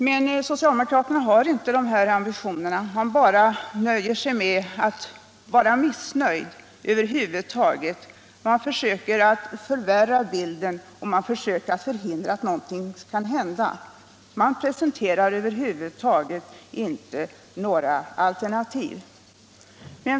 Men socialdemokraterna har inte dessa ambitioner, man nöjer sig med att vara missnöjd! Man försöker att förvirra bilden och man försöker förhindra att någonting skall hända. Man presenterar över huvud taget inte några alternativ.